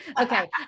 okay